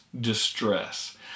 distress